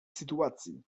sytuacji